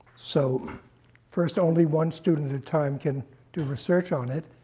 so first, only one student at a time can do research on it.